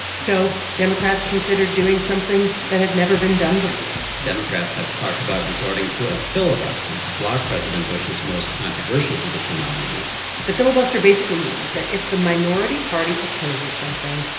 so democrats considered doing something that had never been done before democrats have talked about resorting to a filibuster to block president bush's most controversial judicial nominees the filibuster basically means that if the minority party opposes something,